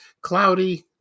cloudy